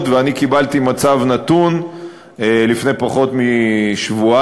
ואני קיבלתי מצב נתון לפני פחות משבועיים,